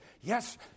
Yes